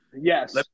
Yes